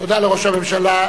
תודה לראש הממשלה.